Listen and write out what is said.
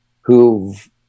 who've